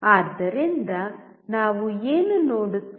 ಆದ್ದರಿಂದ ನಾವು ಏನು ನೋಡುತ್ತೇವೆ